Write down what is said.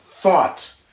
thought